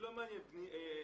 תנו תחנות מעבר,